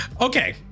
Okay